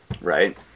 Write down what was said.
right